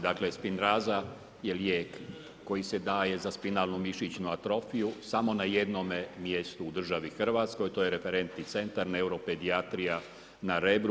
Dakle spinraza je lijek koji se daje za spinalnu mišićnu atrofiju samo na jednome mjestu u državi Hrvatskoj, to je referentni centar neuropedijatrija na Rebru.